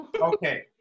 Okay